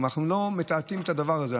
ואנחנו לא מטאטאים את הדבר הזה.